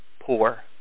poor